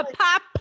pop